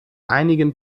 einigen